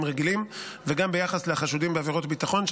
רגילים וגם ביחס לחשודים בעבירות ביטחון,